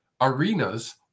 arenas